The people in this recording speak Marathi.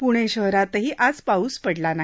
पुणे शहरातही आज पाऊस पडला नाही